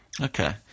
Okay